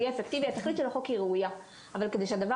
התכלית של החוק היא ראויה אבל כדי שהדבר